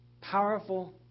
powerful